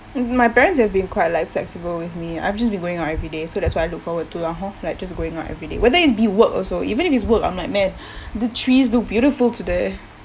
my parents have been quite like flexible with me I've just been going out every day so that's why I look forward to around lah hor like just going out everyday whether it's be work also even if it's work I'm like man the trees look beautiful today